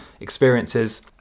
experiences